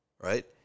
right